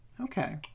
Okay